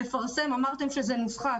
לפרסם, אמרתם שזו נוסחה.